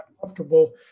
comfortable